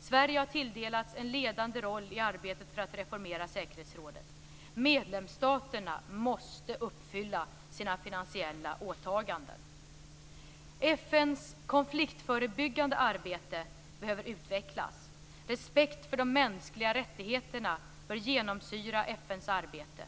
Sverige har tilldelats en ledande roll i arbetet för att reformera säkerhetsrådet. Medlemsstaterna måste uppfylla sina finansiella åtaganden. FN:s konfliktförebyggande arbete behöver utvecklas. Respekt för de mänskliga rättigheterna bör genomsyra FN:s arbete.